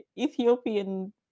Ethiopian